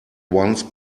once